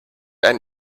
ein